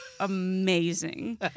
Amazing